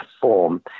form